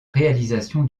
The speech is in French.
réalisation